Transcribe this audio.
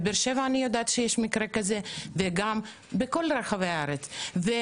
אני יודעת שיש בבאר שבע ובכל רחבי הארץ מקרים כאלה.